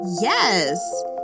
Yes